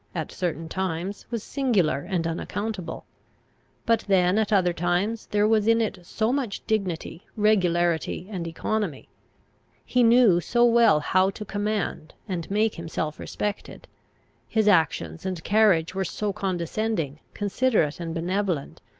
at certain times, was singular and unaccountable but then, at other times, there was in it so much dignity, regularity, and economy he knew so well how to command and make himself respected his actions and carriage were so condescending, considerate, and benevolent,